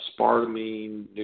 spartamine